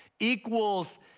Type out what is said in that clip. equals